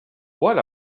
what